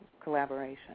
collaboration